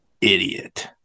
idiot